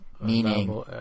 meaning